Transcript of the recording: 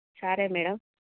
సరే మ్యాడం